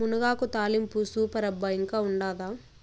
మునగాకు తాలింపు సూపర్ అబ్బా ఇంకా ఉండాదా